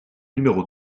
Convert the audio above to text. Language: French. numéro